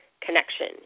connection